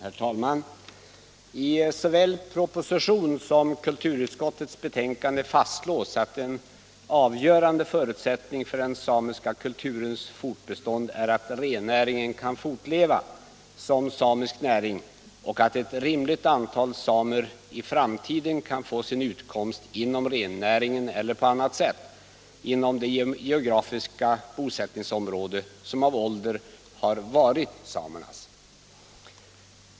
Herr talman! I såväl propositionen som kulturutskottets betänkande fastslås att en avgörande förutsättning för den samiska kulturens fortbestånd är att rennäringen kan fortleva som samisk näring och att ett rimligt antal samer i framtiden kan få sin utkomst inom rennäringen eller på annat sätt inom det geografiska bosättningsområde som av ålder har varit samernas.